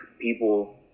people –